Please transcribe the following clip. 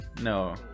No